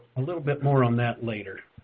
a little bit more on that later.